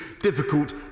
difficult